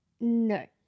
No